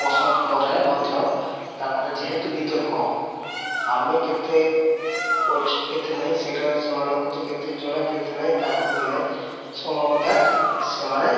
ପସନ୍ଦ କରେ ମଧ୍ୟ ତାଙ୍କର ଯେହେତୁ ବିତର୍କ ଆମେ କେତେ ଅଛୁ କେତେ ନାହିଁ ସେଇଟା ସେମାନଙ୍କୁ ତ କେତେ ଜଣେ କେତେ ନାହିଁ ତାଙ୍କୁ ବି ନାହିଁ ସୋ ଦ୍ୟାଟ୍ ସେମାନେ